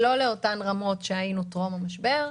לא לאותן רמות שהיינו טרום המשבר.